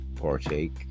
partake